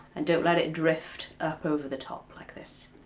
and don't let it drift up over the top like this.